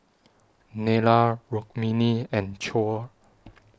Neila Rukmini and Choor